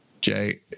Jay